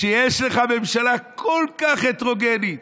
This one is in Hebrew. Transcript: כשיש לך ממשלה כל כך הטרוגנית,